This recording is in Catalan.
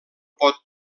pot